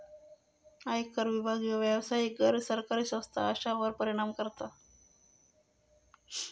आयकर विभाग ह्यो व्यावसायिक, गैर सरकारी संस्था अश्यांवर परिणाम करता